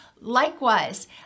likewise